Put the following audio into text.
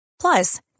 Plus